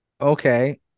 okay